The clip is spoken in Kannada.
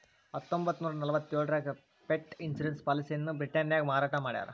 ಹತ್ತೊಂಬತ್ತನೂರ ನಲವತ್ತ್ಯೋಳರಾಗ ಪೆಟ್ ಇನ್ಶೂರೆನ್ಸ್ ಪಾಲಿಸಿಯನ್ನ ಬ್ರಿಟನ್ನ್ಯಾಗ ಮಾರಾಟ ಮಾಡ್ಯಾರ